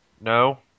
no